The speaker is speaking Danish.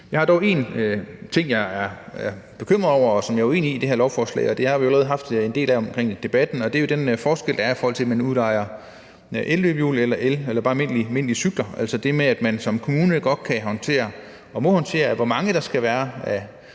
det her lovforslag, som jeg er bekymret over, og som jeg er uenig i – det har vi allerede været en del inde på i debatten – og det er den forskel, der er, i forhold til om man udlejer elløbehjul eller bare almindelige cykler. Altså det med, at man som kommune godt kan håndtere, og må håndtere, hvor mange